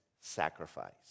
sacrifice